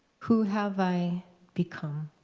who have i become?